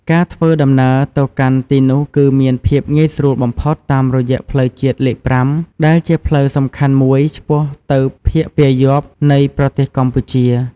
ការធ្វើដំណើរទៅកាន់ទីនោះគឺមានភាពងាយស្រួលបំផុតតាមរយៈផ្លូវជាតិលេខ ៥ ដែលជាផ្លូវសំខាន់មួយឆ្ពោះទៅភាគពាយព្យនៃប្រទេសកម្ពុជា។